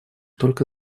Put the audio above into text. только